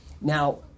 Now